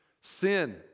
sin